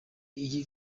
iyi